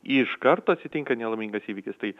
iš karto atsitinka nelaimingas įvykis tai